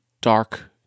dark